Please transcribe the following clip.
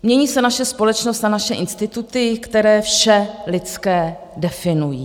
Mění se naše společnost a naše instituty, které vše lidské definují.